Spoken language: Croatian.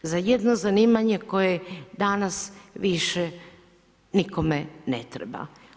Za jedno zanimanje koje danas više nikome ne treba.